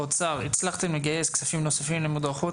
באוצר הצלחתם לגייס כספים נוספים למודרכות?